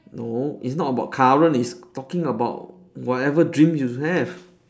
no it's not about current it's talking about whatever dreams you have